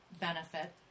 benefit